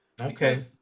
Okay